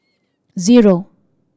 zero